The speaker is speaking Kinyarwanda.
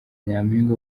nyampinga